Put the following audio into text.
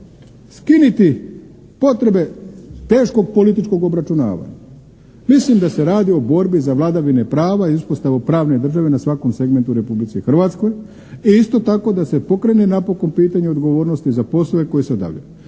skinuti potrebe teškog političkog obračunavanja. Mislim da se radi o borbi za vladavine prava i uspostavu pravne države na svakom segmentu u Republici Hrvatskoj i isto tako da se pokrene napokon pitanje odgovornosti za poslove koji se obavljaju.